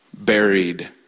buried